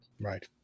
Right